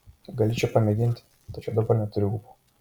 galėčiau pamėginti tačiau dabar neturiu ūpo